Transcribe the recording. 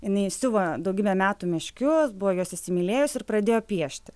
inai siuva daugybę metų meškius buvo juos įsimylėjusi ir pradėjo piešti